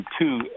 two